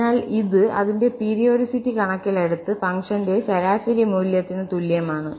അതിനാൽ ഇത് അതിന്റെ പീരിയോഡിസിറ്റി കണക്കിലെടുത്ത് ഫംഗ്ഷന്റെ ശരാശരി മൂല്യത്തിന് തുല്യമാണ്